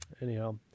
Anyhow